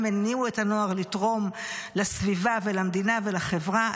הניעו את הנוער לתרום לסביבה ולמדינה ולחברה.